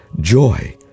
joy